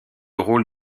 rôle